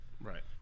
Right